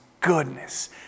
goodness